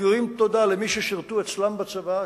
מכירים תודה למי ששירתו אצלם בצבא,